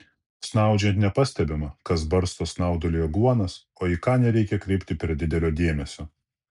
snaudžiant nepastebima kas barsto snauduliui aguonas o į ką nereikia kreipti per didelio dėmesio